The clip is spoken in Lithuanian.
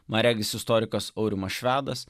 man regis istorikas aurimas švedas